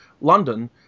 London